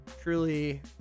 truly